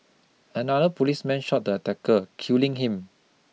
another policeman shot the attacker killing him